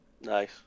Nice